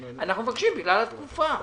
אנחנו מבקשים בגלל התקופה,